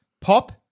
Pop